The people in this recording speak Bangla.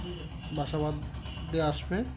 বাসা বাঁধতে আসবে